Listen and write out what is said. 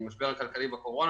בקורונה,